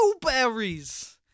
blueberries